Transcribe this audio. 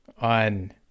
on